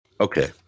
Okay